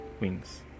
wings